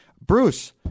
Bruce